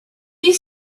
you